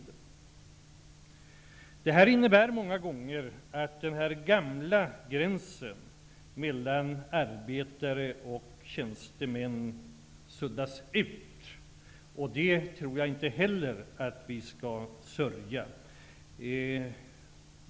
Den här utvecklingen innebär många gånger att den gamla gränsen mellan arbetare och tjänstemän suddas ut. Det tror jag inte heller att vi skall sörja.